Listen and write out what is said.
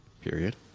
period